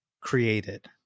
created